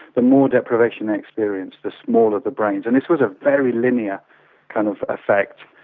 the more deprivation they experienced, the smaller the brains, and this was a very linear kind of effect,